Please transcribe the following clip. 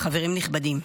חברים נכבדים,